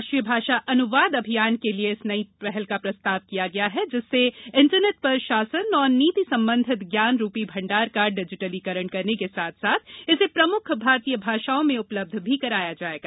राष्ट्रीय भाषा अन्वाद अभियान नामक एक नई पहल का प्रस्ताव दिया गया है जिससे इंटरनेट पर शासन और नीति संबंधित ज्ञान रूपी भंडार का डिजिटलीकरण करने के साथ साथ इसे प्रमुख भारतीय भाषाओं में उपलब्ध भी कराया जाएगा